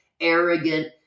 arrogant